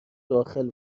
داخل